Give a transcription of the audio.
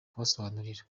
kubasobanurira